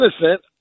innocent